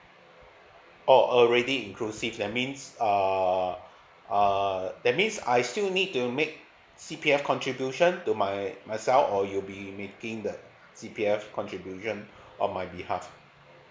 oh already inclusive that means uh uh that means I still need to make C_P_F contribution to my myself or you'll be making that C_P_F contribution on my behalf